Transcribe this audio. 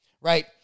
right